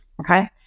okay